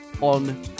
on